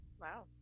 Wow